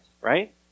right